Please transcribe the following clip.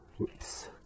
Oops